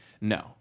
No